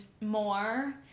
more